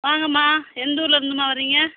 வாங்கம்மா எந்தூர்லேருந்துமா வர்றீங்க